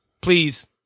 please